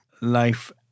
life